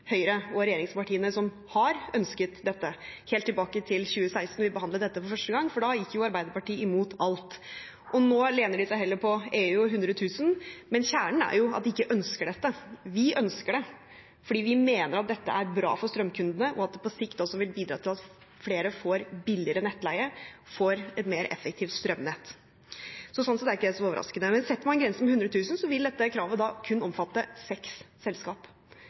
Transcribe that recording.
Høyre og regjeringspartiene, som har ønsket dette helt tilbake til 2016, da vi behandlet dette for første gang. Da gikk Arbeiderpartiet imot alt. Nå lener de seg heller på EU og 100 000, men kjernen er at de ikke ønsker dette. Vi ønsker det fordi vi mener det er bra for strømkundene, og at det på sikt også vil bidra til at flere får billigere nettleie og et mer effektivt strømnett. Sånn sett er ikke det så overraskende. Men setter man grensen på 100 000, vil dette kravet kun omfatte seks selskap.